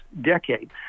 decade